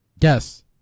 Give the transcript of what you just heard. Yes